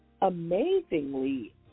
amazingly